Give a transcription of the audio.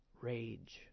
rage